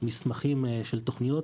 כמסמכים של תוכניות,